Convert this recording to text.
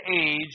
age